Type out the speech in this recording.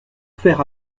faire